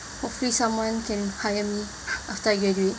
hopefully someone can hire me after I graduate